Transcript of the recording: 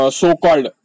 so-called